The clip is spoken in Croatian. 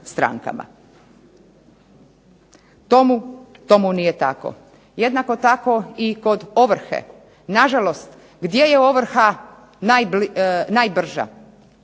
Tomu nije tako. Jednako tako i kod ovrhe. Naime, gdje je ovrha najbrža?